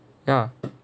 ya